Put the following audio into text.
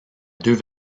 deux